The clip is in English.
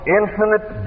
infinite